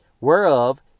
whereof